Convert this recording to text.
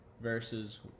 versus